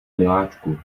miláčku